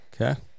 Okay